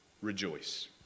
rejoice